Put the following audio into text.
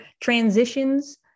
transitions